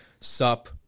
Sup